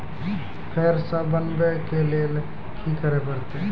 फेर सॅ बनबै के लेल की करे परतै?